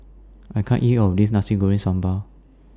I can't eat All of This Nasi Goreng Sambal